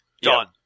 done